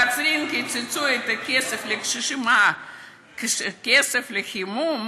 בקצרין קיצצו את הכסף לקשישים, כסף לחימום.